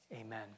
Amen